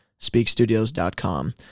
speakstudios.com